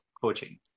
coaching